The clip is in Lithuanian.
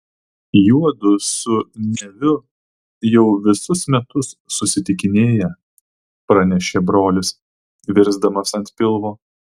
juodu su neviu jau visus metus susitikinėja pranešė brolis virsdamas ant pilvo